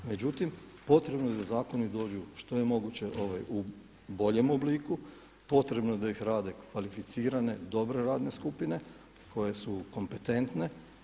Međutim, potrebno je da zakoni dođu što je moguće u boljem obliku, potrebno je da ih rade kvalificirane dobre radne skupine koje su kompetentne.